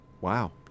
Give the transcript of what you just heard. Wow